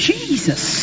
Jesus